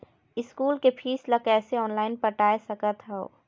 School के fees ला कैसे ऑनलाइन पटाए सकत हव?